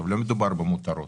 לא מדובר במותרות.